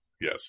Yes